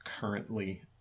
currently